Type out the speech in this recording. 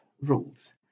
rules